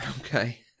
Okay